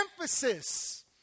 emphasis